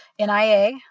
NIA